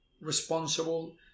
responsible